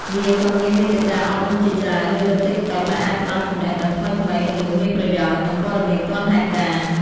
វាក៏មានមាតិកាអប់រំជាច្រើននៅលើតិកតុកដែលអាចផ្ដល់ចំណេះដឹងថ្មីៗ គន្លឹះមានប្រយោជន៍ និងព័ត៌មានទាន់ហេតុការណ៍។